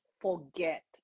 forget